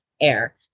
air